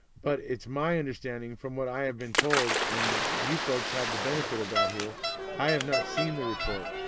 but it's my understanding from what i have been told and you folks have the benefit of that here i have not seen the report,